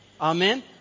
Amen